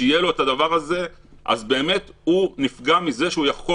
אז באמת הוא נפגע מזה שהוא לא יכול